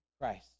Christ